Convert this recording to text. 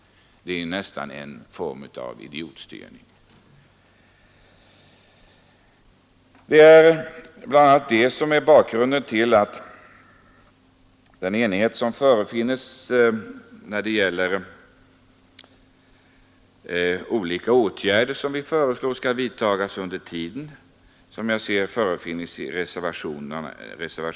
Det är nästan en form av idiotstyrning. En del av detta är bakgrunden till den enighet om förslag till olika åtgärder som framgår av reservationen 2.